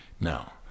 Now